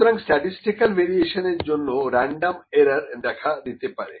সুতরাং স্ট্যাটিস্টিকাল ভেরিয়েশনের জন্য রেনডম এরার দেখা দিতে পারে